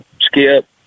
skip